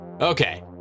Okay